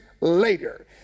later